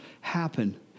happen